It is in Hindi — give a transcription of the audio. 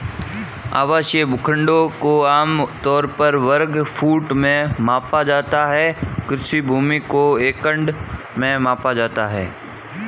आवासीय भूखंडों को आम तौर पर वर्ग फुट में मापा जाता है, कृषि भूमि को एकड़ में मापा जाता है